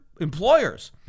employers